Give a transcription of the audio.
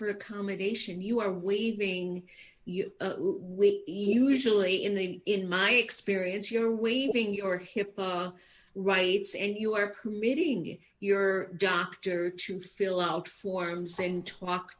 for accommodation you are waving you will usually in the in my experience your waving your hip rights and you are permitting your doctor to fill out forms and talk